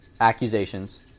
accusations